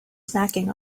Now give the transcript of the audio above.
snacking